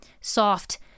soft